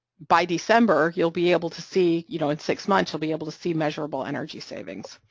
by december you'll be able to see, you know, in six months, you'll be able to see measurable energy savings,